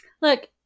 Look